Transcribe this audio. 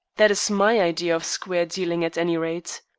that is my idea of square dealing, at any rate.